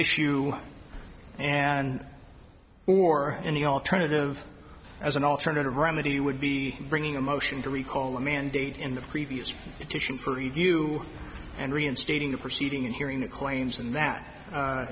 issue and or any alternative as an alternative remedy would be bringing a motion to recall a mandate in the previous edition for review and reinstating the proceeding and hearing the claims and that